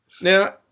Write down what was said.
Now